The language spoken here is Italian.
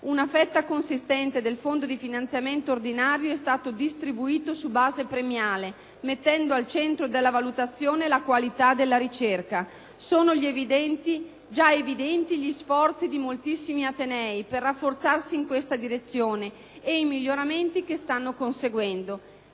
Una fetta consistente del fondo di finanziamento ordinario è stato distribuita su base premiale, mettendo al centro della valutazione la qualità della ricerca. Sono già evidenti gli sforzi di moltissimi atenei per rafforzarsi in questa direzione e i miglioramenti che ne stanno conseguendo.